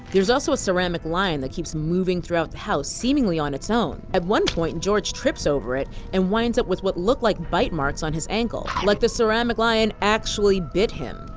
there's also a ceramic lion that keeps moving throughout the house seemingly on it's own. at one point george trips over it and winds up with what look like bite marks on his ankle like the ceramic lion actually bit him.